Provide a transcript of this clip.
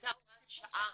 הייתה הוראת שעה שכל